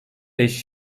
beş